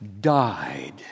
died